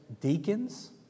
deacons